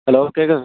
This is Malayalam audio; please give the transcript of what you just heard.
ഹലോ കേൾക്കുന്നുണ്ടോ